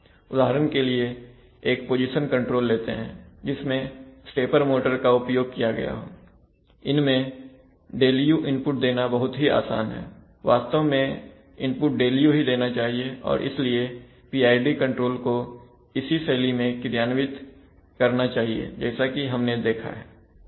उदाहरण के लिए एक पोजिशन कंट्रोल लेते हैं जिसमें स्टेपर मोटर का उपयोग किया गया हो इनमें Δu इनपुट देना बहुत ही आसान है वास्तव में इनपुटΔu ही देना चाहिए और इसलिए PID कंट्रोल को इसी शैली में क्रियान्वित करना चाहिए जैसा कि हमने देखा है